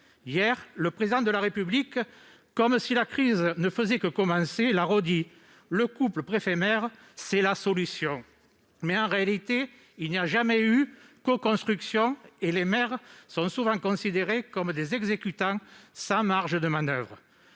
! Le Président de la République l'a redit hier, comme si la crise ne faisait que commencer : le couple préfet-maire, c'est la solution. En réalité, il n'y a jamais eu coconstruction et les maires sont souvent considérés comme des exécutants sans marge de manoeuvre.